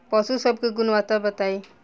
पशु सब के गुणवत्ता बताई?